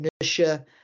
inertia